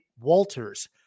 Walters